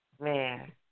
man